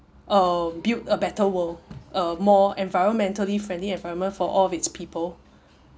um build a better world a more environmentally friendly environment for all of its people